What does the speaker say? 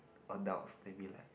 adult maybe like